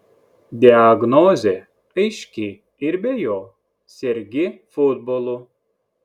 diagnozė aiški ir be jo sergi futbolu